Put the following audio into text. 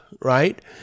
right